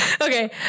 Okay